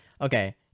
okay